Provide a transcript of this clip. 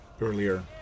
earlier